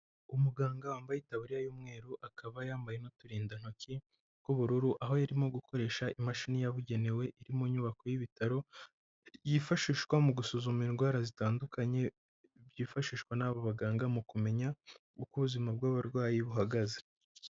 Umuganga wambaye itabiririya y'umweru, akaba yambaye n'uturindantoki tw'ubururu, aho yarimo gukoresha imashini yabugenewe iri mu nyubako y'ibitaro, yifashishwa mu gusuzuma indwara zitandukanye, yifashishwa n'abo baganga mu kumenya uko ubuzima bw'abarwayi buhagaze.